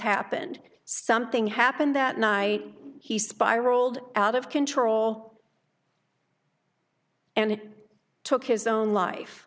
happened something happened that night he spiraled out of control and took his own life